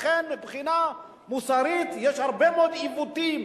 לכן מבחינה מוסרית יש הרבה מאוד עיוותים.